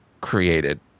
created